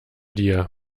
dir